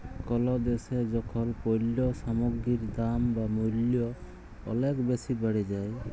call দ্যাশে যখল পল্য সামগ্গির দাম বা মূল্য অলেক বেসি বাড়ে যায়